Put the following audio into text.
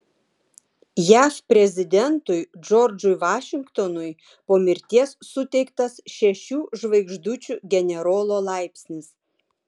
jav prezidentui džordžui vašingtonui po mirties suteiktas šešių žvaigždučių generolo laipsnis